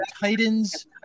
Titans